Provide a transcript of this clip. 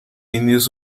indios